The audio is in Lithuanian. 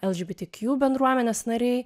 lgbt kju bendruomenės nariai